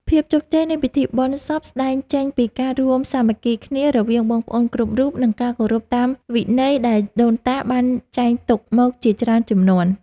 ភាពជោគជ័យនៃពិធីបុណ្យសពស្តែងចេញពីការរួមសាមគ្គីគ្នារបស់បងប្អូនគ្រប់រូប និង ការគោរពតាមវិន័យដែលដូនតាបានចែងទុកមកជាច្រើនជំនាន់។